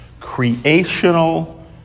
creational